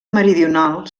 meridional